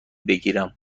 بگیرم